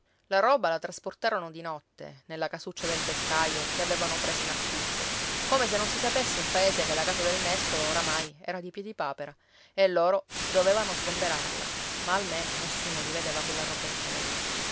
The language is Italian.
la roba la trasportarono di notte nella casuccia del beccaio che avevano presa in affitto come se non si sapesse in paese che la casa del nespolo oramai era di piedipapera e loro dovevano sgomberarla ma almeno nessuno li vedeva colla roba in collo